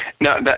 No